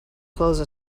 close